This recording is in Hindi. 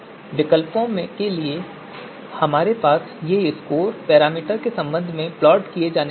विकल्पों के लिए हमारे पास ये स्कोर पैरामीटर के संबंध में प्लॉट किए जाने वाले हैं